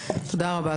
תודה רבה.